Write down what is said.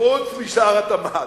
חוץ משר התמ"ת.